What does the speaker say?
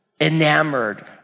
enamored